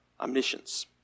omniscience